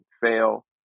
fail